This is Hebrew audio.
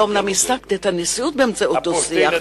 ואומנם השגתי את הנשיאות באמצעות דו-שיח,